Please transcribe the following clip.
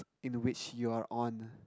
in which you're on